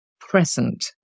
present